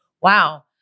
wow